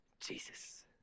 Jesus